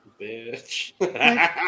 Bitch